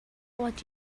what